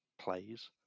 plays